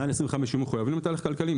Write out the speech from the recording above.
מעל 25,000 הם יהיו מחויבים לתהליך כלכלי,